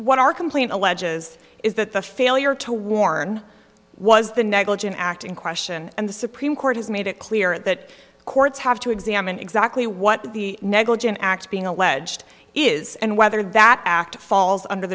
what our complaint alleges is that the failure to warn was the negligent act in question and the supreme court has made it clear that courts have to examine exactly what the negligent acts being alleged is and whether that act falls under